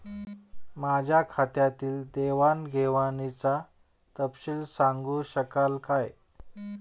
माझ्या खात्यातील देवाणघेवाणीचा तपशील सांगू शकाल काय?